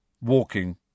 Walking